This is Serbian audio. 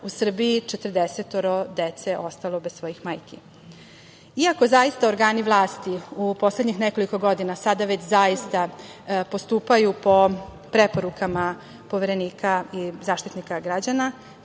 u Srbiji četrdesetoro dece ostalo bez svojih majki. Iako zaista organi vlasti u poslednjih nekoliko godina, sada već zaista postupaju po preporukama Poverenika i Zaštitnika građana